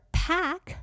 pack